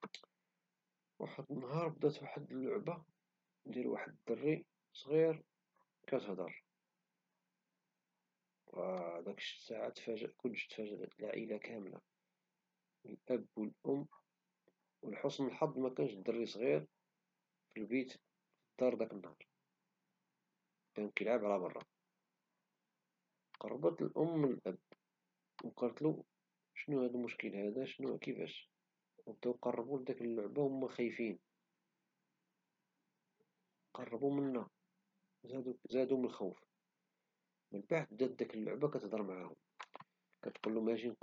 في ظهيرة واحد النهار، بدا لعب ديال طفل صغير كيهضر. الطفل تصدم وقال: "واش كنهضر ولا كنحلم؟ " جاوباتو اللعبة: "لا، أنا فعلاً كنقدر نهضر، ولكن غير معاك، حيث كتآمن بيا." اللعبة بدات تحكي ليه قصص على عالمها السري، وكيفاش الألعاب كتحيا ملي كيكون عندها صاحب كيعتني بيها. الطفل كان فرحان بزاف، وكل نهار كيحكي للعبتو همومو وأحلامو، وهي كتعطيه نصائح بحال الصديق. بفضل اللعبة، ولى الطفل أكثر شجاعة وإبداع، وكل ظهيرة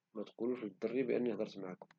كانت عندهم حكاية جديدة كيعيشوها مع بعض.